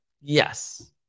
yes